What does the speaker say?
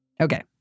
Okay